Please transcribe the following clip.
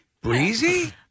Breezy